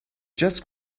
just